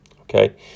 Okay